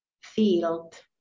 field